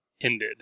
ended